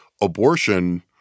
abortion